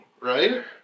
right